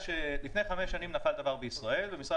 לפני חמש שנים נפל דבר בישראל ומשרד